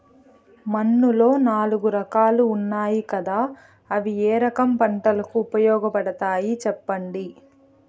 మన్నులో నాలుగు రకాలు ఉన్నాయి కదా అవి ఏ రకం పంటలకు ఉపయోగపడతాయి చెప్పండి?